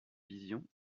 vision